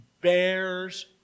Bears